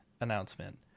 announcement